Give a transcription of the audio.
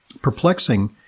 perplexing